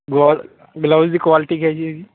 ਗਲੋ ਗਲਬਸ ਦੀ ਕੁਆਲਿਟੀ ਕਿਹੇ ਜਿਹੀ ਹੈ ਜੀ